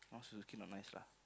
Suzuki not nice lah